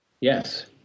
Yes